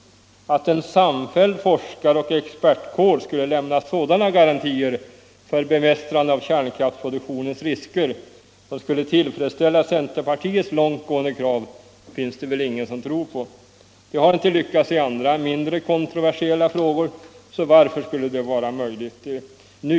Att en forskaroch expertkår skulle lämna sådana garantier för bemästrande av kärnkraftsproduktionens risker som skulle tillfredsställa centerpartiets långt gående krav finns det väl ingen som tror på. Det har inte lyckats i andra mindre kontroversiella frågor så varför skulle det vara möjligt nu?